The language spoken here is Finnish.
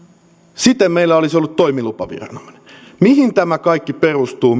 siten meillä olisi ollut toimilupaviranomainen mihin tämä kaikki perustuu